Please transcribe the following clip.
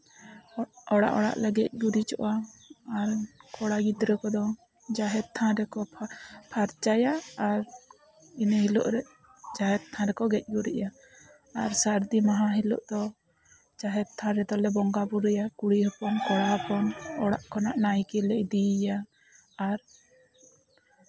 ᱚᱲᱟᱜᱼᱚᱲᱟᱜ ᱞᱮ ᱜᱮᱡ ᱜᱩᱨᱤᱡᱚᱜᱼᱟ ᱟᱨ ᱠᱚᱲᱟ ᱜᱤᱫᱽᱨᱟᱹ ᱠᱚᱫᱚ ᱡᱟᱦᱮᱨ ᱛᱷᱟᱱ ᱨᱮᱠᱚ ᱯᱷᱟᱨᱪᱟᱭᱟ ᱟᱨ ᱤᱱᱟᱹ ᱦᱤᱞᱳᱜ ᱨᱮ ᱡᱟᱦᱮᱨ ᱛᱷᱟᱱ ᱨᱮᱠᱚ ᱜᱮᱡᱼᱜᱩᱨᱤᱡᱟ ᱟᱨ ᱥᱟᱨᱫᱤ ᱢᱟᱦᱟ ᱦᱤᱞᱳᱜ ᱫᱚ ᱡᱟᱦᱮᱨ ᱛᱷᱟᱱ ᱨᱮᱫᱚ ᱞᱮ ᱵᱚᱸᱜᱟᱼᱵᱩᱨᱩᱭᱟ ᱠᱩᱲᱤ ᱦᱚᱯᱚᱱᱼᱠᱚᱲᱟ ᱦᱚᱯᱚᱱ ᱚᱲᱟᱜ ᱠᱷᱚᱱᱟᱜ ᱱᱟᱭᱠᱮ ᱞᱮ ᱤᱫᱤᱭᱮᱭᱟ ᱟᱨ